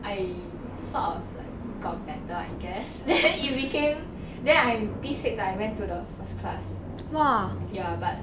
I sort of like got better I guess then it became then I P six I went to the first class ya but